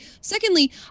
secondly